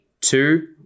Two